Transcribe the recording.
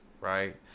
right